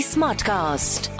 Smartcast